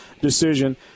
decision